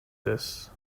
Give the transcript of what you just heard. this